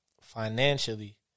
Financially